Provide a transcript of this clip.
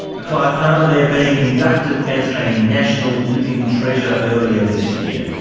ah clive palmer there being inducted as a national living treasure earlier this year.